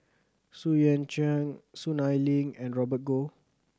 Xu Yuan Zhen Soon Ai Ling and Robert Goh